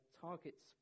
targets